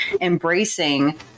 embracing